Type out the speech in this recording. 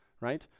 right